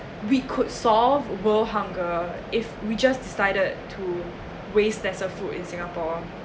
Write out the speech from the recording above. we could solve world hunger if we just decided to waste lesser food in singapore